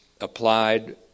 applied